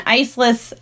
iceless